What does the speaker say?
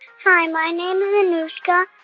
hi. my name is anushka.